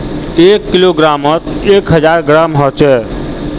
एक किलोग्रमोत एक हजार ग्राम होचे